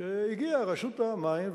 שהגיעה רשות המים,